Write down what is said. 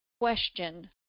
question